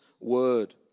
word